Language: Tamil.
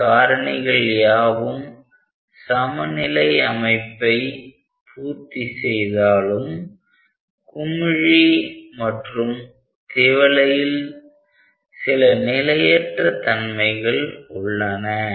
இந்த காரணிகள்யாவும் சமநிலை அமைப்பை பூர்த்தி செய்தாலும் குமிழி மற்றும் திவலையில் சில நிலையற்ற தன்மைகள் உள்ளன